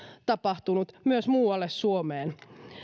tapahtunut myös muualle suomeen